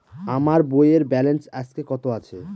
আমার বইয়ের ব্যালেন্স আজকে কত আছে?